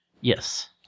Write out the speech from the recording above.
Yes